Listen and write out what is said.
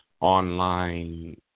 online